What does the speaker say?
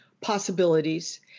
possibilities